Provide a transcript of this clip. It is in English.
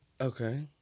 Okay